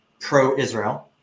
pro-Israel